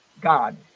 God